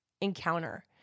encounter